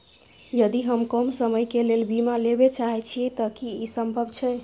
यदि हम कम समय के लेल बीमा लेबे चाहे छिये त की इ संभव छै?